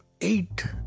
eight